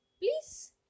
Please